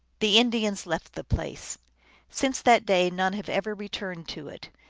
the indians left the place since that day none have ever returned to it.